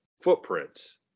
footprints